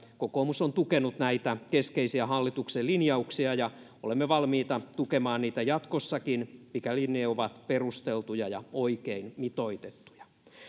kokoomus on tukenut näitä keskeisiä hallituksen linjauksia ja olemme valmiita tukemaan niitä jatkossakin mikäli ne ovat perusteltuja ja oikein mitoitettuja